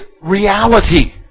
reality